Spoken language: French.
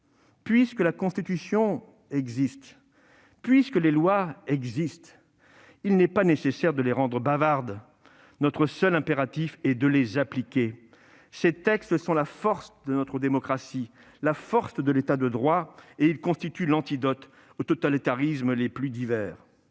citoyen, la Constitution et les lois existent, il n'est pas nécessaire de rendre ces dernières bavardes. Notre seul impératif est de les appliquer. Ces textes sont la force de notre démocratie et de l'État de droit, et ils constituent l'antidote aux totalitarismes les plus divers.